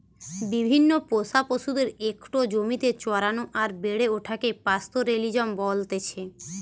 বিভিন্ন পোষা পশুদের একটো জমিতে চরানো আর বেড়ে ওঠাকে পাস্তোরেলিজম বলতেছে